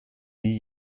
nie